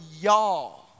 y'all